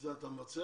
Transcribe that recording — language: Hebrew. זה אתה מבצע?